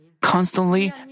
constantly